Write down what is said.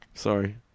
Sorry